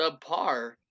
subpar